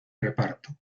reparto